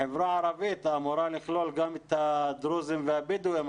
החברה הערבית אמורה לכלול גם את הדרוזים והבדואים,